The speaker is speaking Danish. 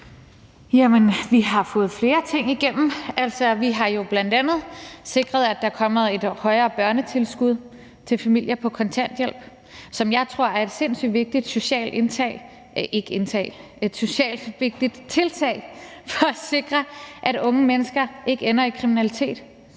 vi har fået flere ting igennem. Altså, vi har jo bl.a. sikret, at der er kommet et højere børnetilskud til familier på kontanthjælp, som jeg tror er et sindssyg vigtigt socialt tiltag for at sikre, at unge mennesker ikke ender i kriminalitet.